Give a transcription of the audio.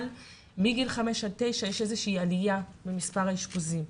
אבל מגיל חמש עד תשע יש איזושהי עלייה במספר האשפוזים.